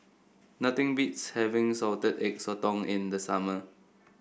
nothing beats having Salted Egg Sotong in the summer